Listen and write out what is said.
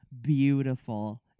beautiful